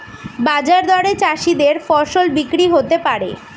বাজার দরে চাষীদের ফসল বিক্রি হতে পারে